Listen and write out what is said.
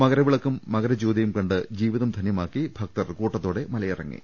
മകര വിളക്കും ജ്യോതിയും കണ്ട് ജീവിതം ധനൃമാക്കി ഭക്തർ കൂട്ടത്തോടെ മലയിറങ്ങി